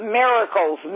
miracles